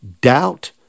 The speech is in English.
doubt